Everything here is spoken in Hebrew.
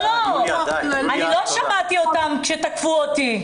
אני לא שמעתי אותם כשתקפו אותי.